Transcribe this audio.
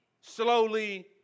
slowly